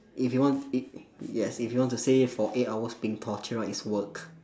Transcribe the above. if you want i~ yes if you want to say for eight hours being tortured right it's work